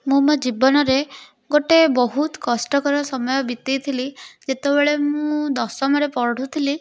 ମୁଁ ମୋ ଜୀବନରେ ଗୋଟେ ବହୁତ କଷ୍ଟକର ସମୟ ବିତେଇଥିଲି ଯେତେବେଳେ ମୁଁ ଦଶମରେ ପଢ଼ୁଥିଲି